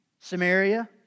Samaria